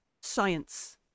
science